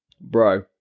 Bro